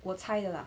我猜的 lah